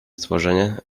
stworzenie